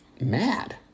mad